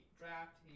draft